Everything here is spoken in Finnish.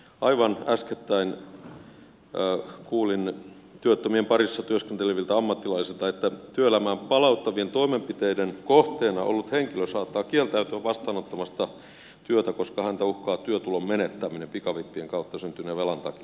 aivan äskettäin kuulin työttömien parissa työskenteleviltä ammattilaisilta että työelämään palauttavien toimenpiteiden kohteena ollut henkilö saattaa kieltäytyä vastaanottamasta työtä koska häntä uhkaa työtulon menettäminen pikavippien kautta syntyneen velan takia